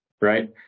Right